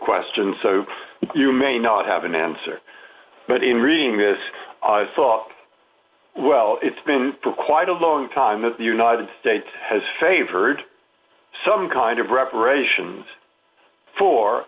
question so you may not have an answer but in reading this thought well it's been quite a long time that the united states has favored some kind of reparations for